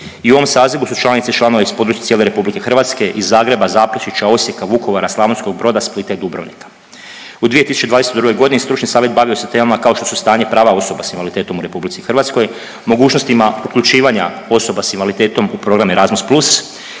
i u ovom sazivu su članice i članovi iz područja cijele RH, iz Zagreba, Zaprešića, Osijeka, Vukovara, Slavonskog Broda, Splita i Dubrovnika. U 2022.g. stručni savjet bavio se temama kao što su stanje prava osoba s invaliditetom u RH, mogućnostima uključivanja osoba s invaliditetom u programe Erasmus+,